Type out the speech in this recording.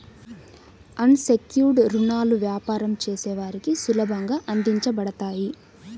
అన్ secured రుణాలు వ్యాపారం చేసే వారికి సులభంగా అందించబడతాయి